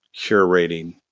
curating